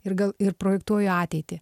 ir gal ir projektuoju ateitį